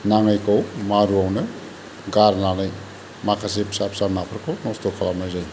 नाङैखौ मारुआवनो गारनानै माखासे फिसा फिसा नाफोरखौ नस्त खालामनाय जायो